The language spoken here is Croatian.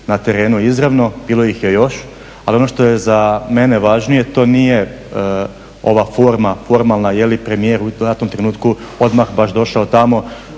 na terenu izravno, bilo ih je još, ali ono što je za mene važnije to nije ova forma formalna jeli premijer u datom trenutku odmah baš došao tamo,